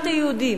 גם ליהודים